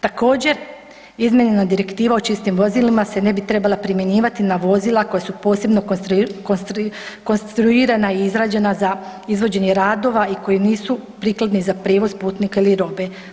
Također izmijenjena Direktiva o čistim vozilima se ne bi trebala primjenjivati na vozila koja su posebno konstruirana i izrađena za izvođenje radova i koji nisu prikladni za prijevoz putnika ili robe.